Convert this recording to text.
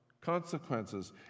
consequences